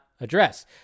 address